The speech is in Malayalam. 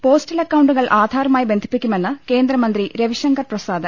പോസ്റ്റൽ അക്കൌണ്ടുകൾ ആധാറുമായി ബന്ധിപ്പി ക്കുമെന്ന് കേന്ദ്രമന്ത്രി രവിശങ്കർ പ്രസാദ്